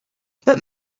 but